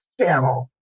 channel